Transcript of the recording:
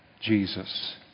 Jesus